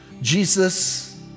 Jesus